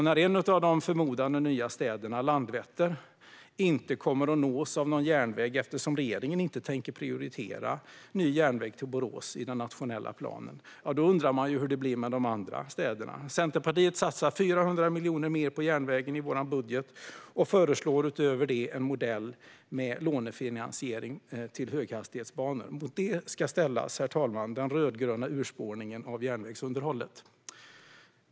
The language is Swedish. När en av de förmodade nya städerna, Landvetter, inte kommer att nås av någon järnväg, eftersom regeringen inte tänker prioritera ny järnväg till Borås i den nationella planen, undrar man ju hur det blir med de andra städerna. Centerpartiet satsar 400 miljoner mer på järnvägen i vår budget och föreslår utöver det en modell med lånefinansiering till höghastighetsbanor. Mot det, herr talman, ska ställas den rödgröna urspårningen av järnvägsunderhållet.